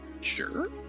Sure